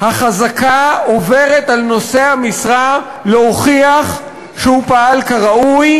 החזקה עוברת אל נושא המשרה להוכיח שהוא פעל כראוי